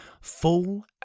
full